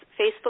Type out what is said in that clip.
Facebook